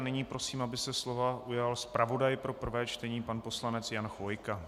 Nyní prosím, aby se slova ujal zpravodaj pro prvé čtení pan poslanec Jan Chvojka.